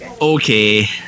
Okay